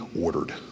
ordered